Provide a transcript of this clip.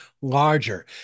larger